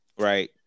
right